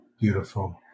beautiful